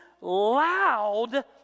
loud